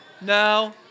No